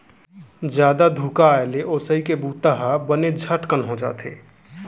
जादा धुका आए ले ओसई के बूता ह बने झटकुन हो जाथे